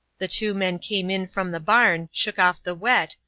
the two men came in from the barn, shook off the wet,